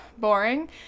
boring